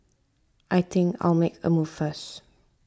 I think I'll make a move first